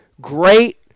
great